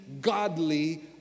godly